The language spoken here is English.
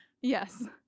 Yes